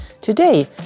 Today